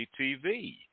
TV